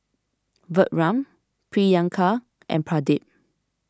Vikram Priyanka and Pradip